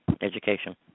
education